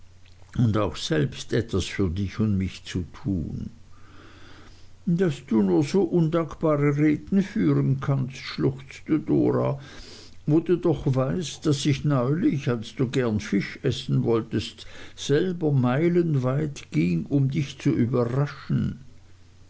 und auch selbst etwas für dich und mich zu tun daß du nur so undankbaren reden führen kannst schluchzte dora wo du doch weißt daß ich neulich als du gern fisch essen wolltest selber meilenweit ging um dich zu überraschen